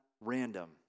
random